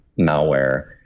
malware